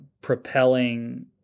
propelling